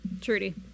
Trudy